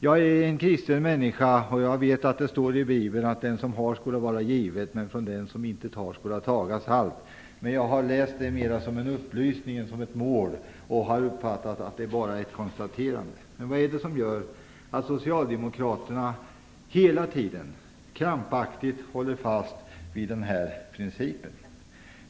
Jag är en kristen människa, och jag vet att det står i Bibeln att den som har skall det varda givet och att det från den som intet har skall tagas allt. Men detta har jag uppfattat mer som en upplysning och ett konstaterande än som ett mål. Vad är det som gör att socialdemokraterna hela tiden krampaktigt håller fast vid den här principen?